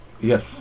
Yes